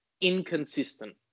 inconsistent